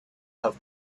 have